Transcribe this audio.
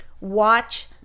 Watch